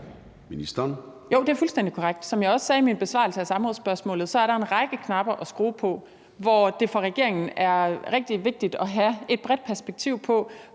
Jo, det er fuldstændig korrekt. Som jeg også sagde i min besvarelse af samrådsspørgsmålet, er der en række knapper at skrue på. For regeringen er det rigtig vigtigt at have et bredt perspektiv på,